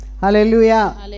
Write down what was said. Hallelujah